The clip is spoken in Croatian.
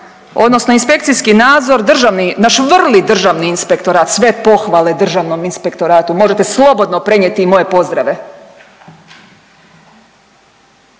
odnosno inspekcijski nadzor, državni, naš vrli državni inspektorat, sve pohvale državnom inspektoratu, možete slobodno prenijeti i moje pozdrave,